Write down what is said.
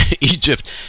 egypt